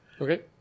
Okay